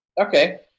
Okay